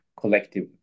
collective